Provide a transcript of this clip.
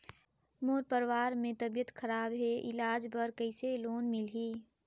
मोर परवार मे तबियत खराब हे इलाज बर कइसे लोन मिलही?